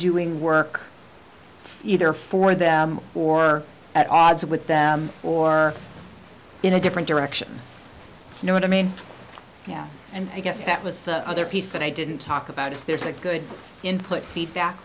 doing work either for them or at odds with them or in a different direction you know what i mean yeah and i guess that was the other piece that i didn't talk about is there's a good input feedback